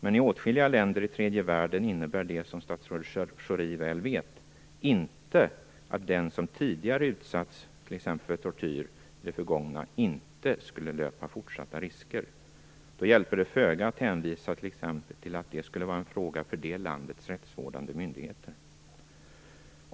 Men i åtskilliga länder i tredje världen innebär det, som statsrådet Schori väl vet, inte att den som tidigare utsatts för t.ex. tortyr i det förgångna inte skulle löpa fortsatta risker. Då hjälper det föga att hänvisa till att det skulle vara en fråga för det landets rättsvårdande myndigheter.